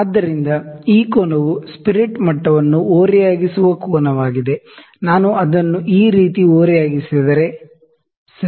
ಆದ್ದರಿಂದ ಈ ಕೋನವು ಸ್ಪಿರಿಟ್ ಮಟ್ಟವನ್ನು ಓರೆಯಾಗಿಸುವ ಕೋನವಾಗಿದೆ ನಾನು ಅದನ್ನು ಈ ರೀತಿ ಓರೆಯಾಗಿಸಿದರೆ ಸರಿ